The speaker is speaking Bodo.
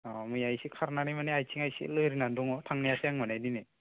अ मैया एसे खारनानै माने आथिङा एसे लोरिनानै दङ थांनो हायासै आङो माने दिनै